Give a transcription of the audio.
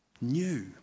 New